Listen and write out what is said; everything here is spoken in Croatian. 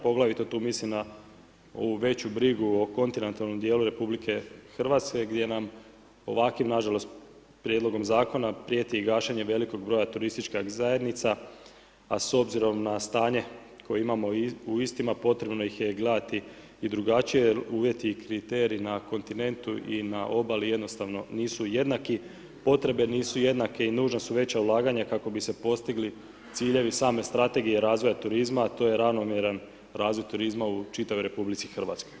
Poglavito tu mislim na ovu veću brigu o kontinentalnom dijelu RH gdje nam ovakvim nažalost prijedlogom zakona prijeti i gašenje velikog broja TZ a s obzirom na stanje koje imamo u istima potrebno ih je gledati i drugačije jer uvjeti i kriteriji na kontinentu i na obali jednostavno nisu jednaki, potrebe nisu jednake i nužna su veća ulaganja kako bi se postigli ciljevi same strategije razvoja turizma a to je ravnomjeran razvoj turizma u čitavoj RH.